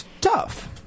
Tough